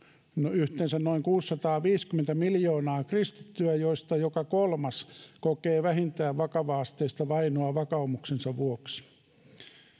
yhteensä noin kuusisataaviisikymmentä miljoonaa kristittyä joista joka kolmas kokee vähintään vakava asteista vainoa vakaumuksensa vuoksi